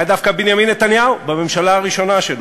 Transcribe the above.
היה דווקא בנימין נתניהו בממשלה הראשונה שלו.